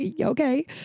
okay